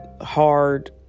hard